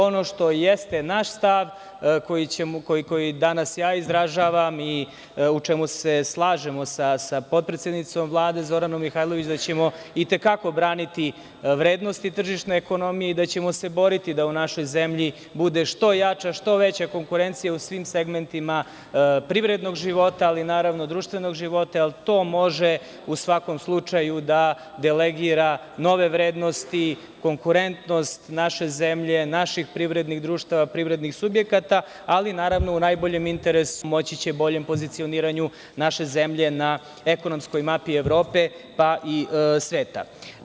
Ono što jeste naš stav koji danas ja izražavam i u čemu se slažemo na potpredsednicom Vlade Zoranom Mihajlović da ćemo itekako braniti vrednosti tržišne ekonomije i da ćemo se boriti da u našoj zemlji bude što jača, što veća konkurencija u svim segmentima privrednog života, ali i naravno društvenog života, jer to može u svakom slučaju da delegira nove vrednosti, konkurentnost naše zemlje, naših privrednih društava, privrednih subjekata, ali naravno u najboljem interesu građana Republike Srbije i pomoći će boljem pozicioniranju naše zemlje na ekonomskoj mapi Evrope, pa i sveta.